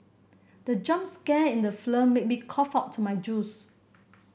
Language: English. the jump scare in the made me cough out my juice